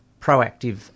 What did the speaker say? proactive